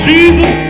Jesus